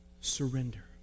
surrender